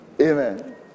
Amen